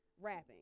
rapping